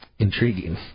Intriguing